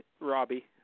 Robbie